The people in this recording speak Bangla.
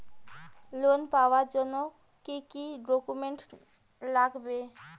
লোন পাওয়ার জন্যে কি কি ডকুমেন্ট লাগবে?